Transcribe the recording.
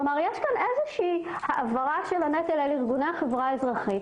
כלומר יש פה העברת הנטל לארגוני החברה האזרחית.